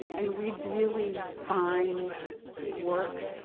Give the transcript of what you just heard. and read really fine work,